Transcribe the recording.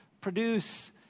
produce